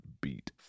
beat